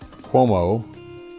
Cuomo